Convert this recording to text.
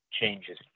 changes